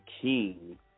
King